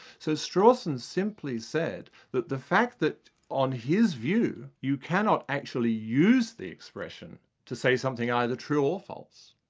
so strawson simply said that the fact that on his view you cannot actually use the expression to say something either true or false,